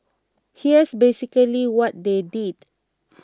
here's basically what they did